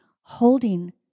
holding